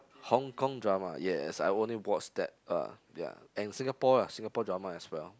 Hong Kong drama yes I only watch that uh and Singapore ah Singapore drama as well